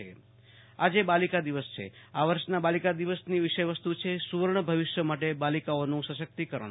આશુતોષ અંતાણી બાલિકા દિવસ આજે બાલિકા દિવસ છે આ વર્ષના બાલિકાદિવસની વિષય વસ્તુ છે સુવર્ણ ભવિષ્ય માટે બાલીકાઓનું સશક્તિકરણ